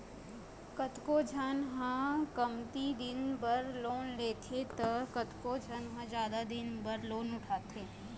कतको झन ह कमती दिन बर लोन लेथे त कतको झन जादा दिन बर लोन उठाथे